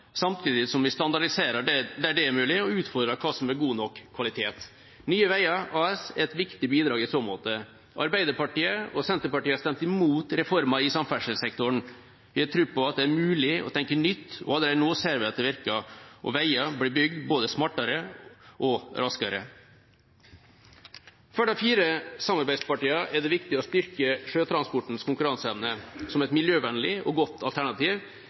samtidig som vi standardiserer der det er mulig, og utfordrer hva som er god nok kvalitet? Nye Veier AS er et viktig bidrag i så måte. Arbeiderpartiet og Senterpartiet har stemt imot reformer i samferdselssektoren. Vi har tro på at det er mulig å tenke nytt, og allerede nå ser vi at det virker. Veier blir bygd både smartere og raskere. For de fire samarbeidspartiene er det viktig å styrke sjøtransportens konkurranseevne som et miljøvennlig og godt alternativ